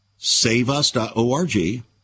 saveus.org